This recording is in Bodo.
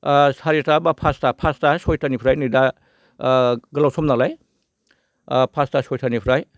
सारिता बा पासता पासता सयतानिफ्रायनो दा गोलाव सम नालाय पासता सयतानिफ्राय